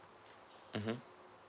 mmhmm